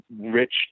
rich